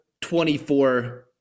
24